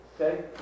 Okay